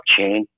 blockchain